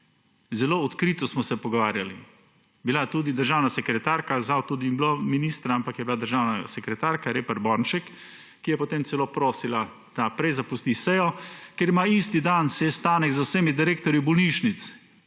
Zelo odkrito smo se pogovarjali. Bila je tudi državna sekretarka, žal tu ni bilo ministra, ampak je bila državna sekretarka Repar Bornšek, ki je potem celo prosila, da prej zapusti sejo, ker ima isti dan sestanek z vsemi direktorji bolnišnic,